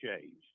changed